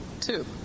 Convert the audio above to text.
two